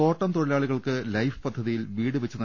തോട്ടം തൊഴിലാളികൾക്ക് ലൈഫ് പദ്ധതിയിൽ വീട് വച്ചു